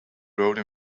rode